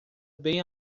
bem